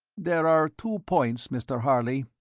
there are two points, mr. harley,